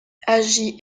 agit